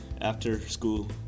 after-school